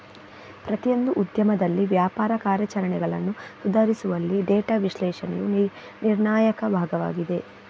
ಪ್ರತಿಯೊಂದು ಉದ್ಯಮದಲ್ಲಿ ವ್ಯಾಪಾರ ಕಾರ್ಯಾಚರಣೆಗಳನ್ನು ಸುಧಾರಿಸುವಲ್ಲಿ ಡೇಟಾ ವಿಶ್ಲೇಷಣೆಯು ನಿರ್ಣಾಯಕ ಭಾಗವಾಗಿದೆ